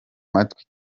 matwi